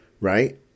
right